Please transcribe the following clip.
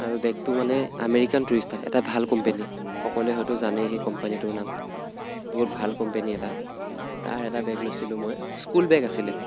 আৰু বেগটো মানে আমেৰিকান টুৰিষ্টাৰ এটা ভাল কোম্পানী সকলোৱে হয়তো জানেই সেই কোম্পানীটোৰ নাম বহুত ভাল কোম্পানী এটা তাৰ এটা বেগ লৈছিলোঁ মই স্কুল বেগ আছিলে